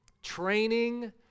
Training